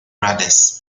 brothers